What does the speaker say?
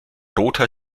roter